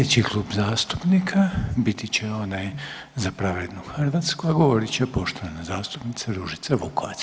Sljedeći klub zastupnika biti će onaj Za pravednu Hrvatsku, a govorit će poštovana zastupnica Ružica Vukovac.